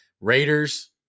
Raiders